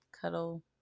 cuddle